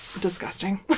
disgusting